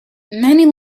many